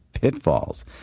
pitfalls